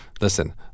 listen